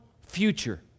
future